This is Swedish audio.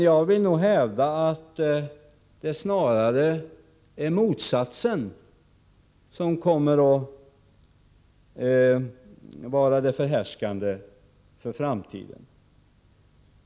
Jag vill hävda att det snarare är motsatsen som kommer att vara förhärskande i framtiden.